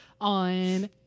on